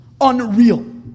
unreal